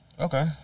Okay